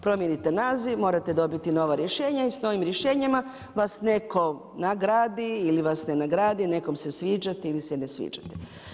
Promijenite naziv morate dobiti novo rješenje i s novim rješenjima vas neko nagradi ili vas ne nagradi, nekom se sviđate ili se ne sviđate.